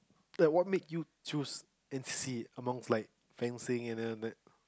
like what make you choose N_C_C amongst like fencing and then other that